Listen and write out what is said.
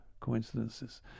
coincidences